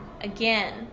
again